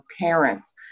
parents